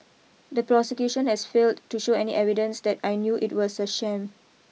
the prosecution has failed to show any evidence that I knew it was a sham